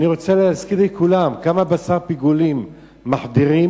אני רוצה להזכיר לכולם כמה בשר פיגולים מחדירים